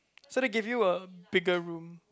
so they give you a bigger room